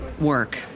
work